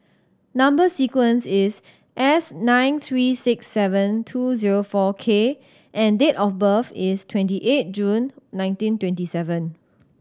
number sequence is S nine three six seven two zero four K and date of birth is twenty eight June nineteen twenty seven